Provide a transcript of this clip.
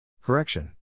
Correction